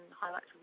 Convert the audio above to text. highlights